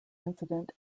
incident